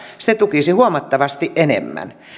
se tukisi huomattavasti enemmän